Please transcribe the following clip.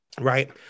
right